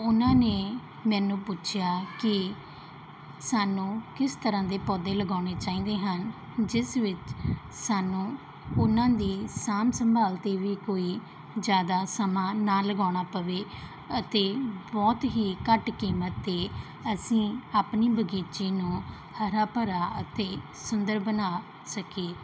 ਉਹਨਾਂ ਨੇ ਮੈਨੂੰ ਪੁੱਛਿਆ ਕਿ ਸਾਨੂੰ ਕਿਸ ਤਰ੍ਹਾਂ ਦੇ ਪੌਦੇ ਲਗਾਉਣੇ ਚਾਹੀਦੇ ਹਨ ਜਿਸ ਵਿੱਚ ਸਾਨੂੰ ਉਹਨਾਂ ਦੀ ਸਾਂਭ ਸੰਭਾਲ 'ਤੇ ਵੀ ਕੋਈ ਜ਼ਿਆਦਾ ਸਮਾਂ ਨਾ ਲਗਾਉਣਾ ਪਵੇ ਅਤੇ ਬਹੁਤ ਹੀ ਘੱਟ ਕੀਮਤ 'ਤੇ ਅਸੀਂ ਆਪਣੀ ਬਗੀਚੇ ਨੂੰ ਹਰਾ ਭਰਾ ਅਤੇ ਸੁੰਦਰ ਬਣਾ ਸਕੀਏ